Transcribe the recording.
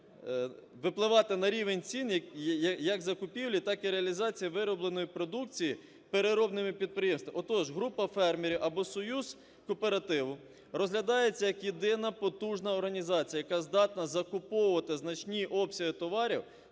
впливати на рівень цін як закупівлі, так і реалізації виробленої продукції, переробними підприємствами. Отож, група фермерів або союз кооперативу розглядається як єдина потужна організація, яка здатна закуповувати значні обсяги товарів